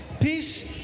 peace